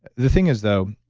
the thing is though,